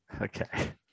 Okay